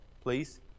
please